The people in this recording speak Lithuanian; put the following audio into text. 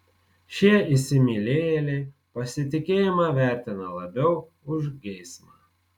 šie įsimylėjėliai pasitikėjimą vertina labiau už geismą